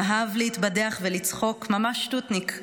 אהב להתבדח ולצחוק, ממש שטותניק,